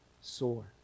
sore